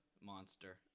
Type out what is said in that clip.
Monster